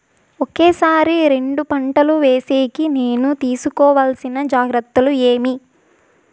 ఒకే సారి రెండు పంటలు వేసేకి నేను తీసుకోవాల్సిన జాగ్రత్తలు ఏమి?